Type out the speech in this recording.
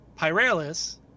Pyralis